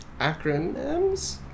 Acronyms